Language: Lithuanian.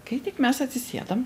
kai tik mes atsisėdam